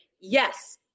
yes